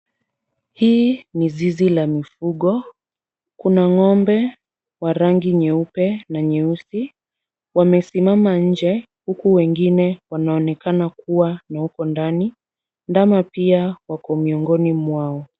Hii ni zizi la mifugo. Kuna ng'ombe wa rangi nyeupe na nyeusi. Wamesimama nje huku wengine wanaonekana kuwa na huko ndani. Ndama pia wako miongoni mwao.